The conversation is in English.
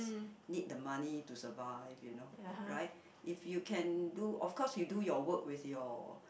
need the money to survive you know right if you can do of course you do your work with your